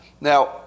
Now